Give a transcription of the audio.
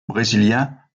brésilien